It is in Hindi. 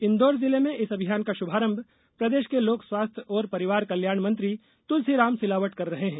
इंदौर जिले में इस अभियान का षुभारंभ प्रदेष के लोक स्वास्थ्य और परिवार कल्याण मंत्री तुलसीराम सिलावट कर रहे हैं